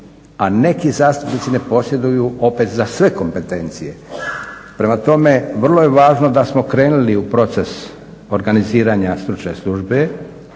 a neki zastupnici ne posjeduju opet za sve kompetencije. Prema tome, vrlo je važno da smo krenuli u proces organiziranja stručne službe,